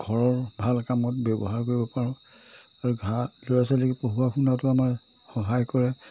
ঘৰৰ ভাল কামত ব্যৱহাৰ কৰিব পাৰোঁ আৰু ঘাঁহ ল'ৰা ছোৱালীক পঢ়োৱা শুনোৱাটো আমাৰ সহায় কৰে